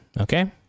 okay